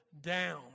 down